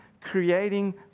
creating